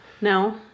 No